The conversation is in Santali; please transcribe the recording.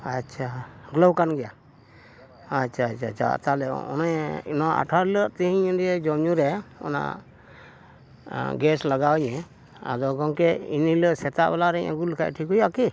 ᱟᱪᱪᱷᱟ ᱵᱚᱞᱚ ᱟᱠᱟᱱ ᱜᱮᱭᱟ ᱟᱪᱪᱷᱟ ᱟᱪᱪᱷᱟ ᱟᱪᱪᱷᱟ ᱛᱟᱦᱚᱞᱮ ᱚᱱᱮ ᱱᱚᱣᱟ ᱟᱴᱷᱟᱨᱚ ᱦᱤᱞᱳᱜ ᱛᱤᱦᱤᱧ ᱡᱚᱢ ᱧᱩ ᱨᱮ ᱚᱱᱟ ᱜᱮᱥ ᱞᱟᱜᱟᱣ ᱤᱧᱟᱹ ᱟᱫᱚ ᱜᱚᱢᱠᱮ ᱤᱱᱟᱹ ᱦᱤᱞᱳᱜ ᱥᱮᱛᱟᱜ ᱵᱮᱞᱟ ᱨᱮᱧ ᱟᱹᱜᱩ ᱞᱮᱠᱷᱟᱱ ᱴᱷᱤᱠ ᱦᱩᱭᱩᱜᱼᱟ ᱠᱤ